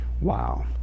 wow